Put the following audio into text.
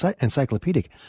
encyclopedic